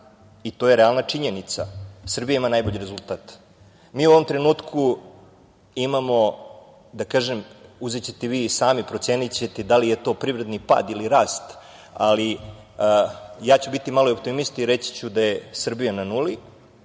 i to je realna činjenica, Srbija ima najbolji rezultat. Mi u ovom trenutku imamo, uzećete i vi sami, procenićete da li je to privredni pad ili rast, ali ja ću biti malo i optimista i reći ću da je Srbija na nuli,